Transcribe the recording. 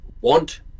want